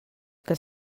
que